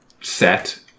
set